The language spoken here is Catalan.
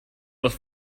les